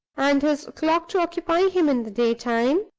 and his clock to occupy him in the daytime